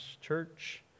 church